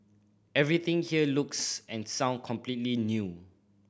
everything here looks and sound completely new